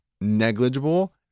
negligible